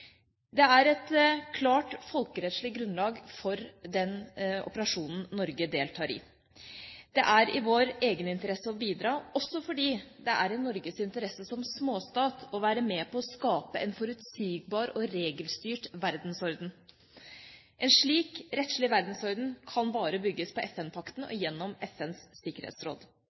Det er et klart folkerettslig grunnlag for den operasjonen Norge deltar i. Det er i vår egeninteresse å bidra, også fordi det er i Norges interesse som småstat å være med på å skape en forutsigbar og regelstyrt verdensorden. En slik rettslig verdensorden kan bare bygges på FN-pakten og gjennom FNs sikkerhetsråd.